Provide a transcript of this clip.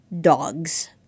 dogs